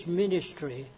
ministry